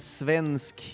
svensk